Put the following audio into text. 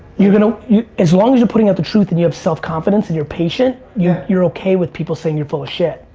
you know as long as you're putting out the truth and you have self-confidence, and you're patient, yeah you're okay with people saying you're full of shit.